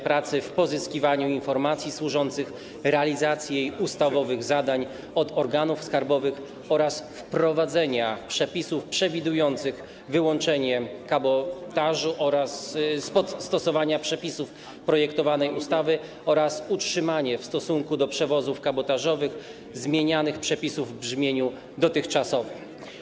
Pracy w pozyskiwaniu informacji służących realizacji jej ustawowych zadań od organów skarbowych, oraz wprowadzenie przepisów przewidujących wyłączenie kabotażu spod stosowania przepisów projektowanej ustawy oraz utrzymanie w stosunku do przewozów kabotażowych zmienianych przepisów w brzmieniu dotychczasowym.